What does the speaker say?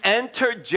entered